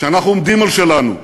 כשאנחנו עומדים על שלנו,